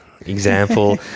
example